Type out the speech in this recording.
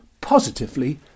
positively